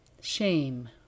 Shame